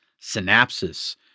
synapses